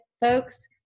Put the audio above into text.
folks